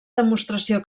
demostració